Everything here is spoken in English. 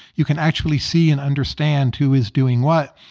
you can actually see and understand who is doing what.